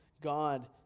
God